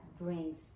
brings